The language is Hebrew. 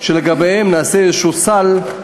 נעשה איזה סל,